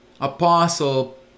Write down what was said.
apostle